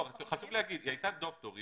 חשוב להגיד שהוא הייתה דוקטור,